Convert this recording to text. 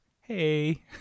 Hey